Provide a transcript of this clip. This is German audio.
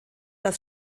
das